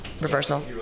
reversal